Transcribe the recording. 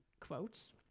quotes